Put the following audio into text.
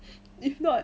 if not